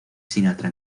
sinatra